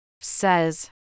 says